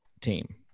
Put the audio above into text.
team